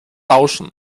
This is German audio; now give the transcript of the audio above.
tauschen